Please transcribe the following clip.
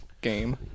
game